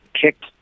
kicked